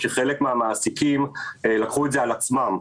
שחלק מהמעסיקים לקחו את זה על עצמם.